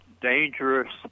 dangerous